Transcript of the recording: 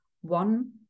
one